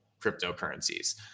cryptocurrencies